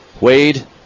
Wade